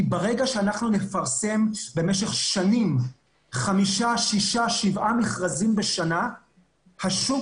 כי ברגע שאנחנו נפרסם במשך שנים 7-6 מכרזים בשנה שוק